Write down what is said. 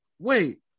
Wait